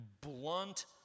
blunt